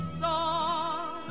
song